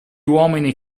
uomini